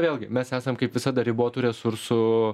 vėlgi mes esam kaip visada ribotų resursų